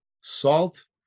salt